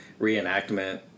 reenactment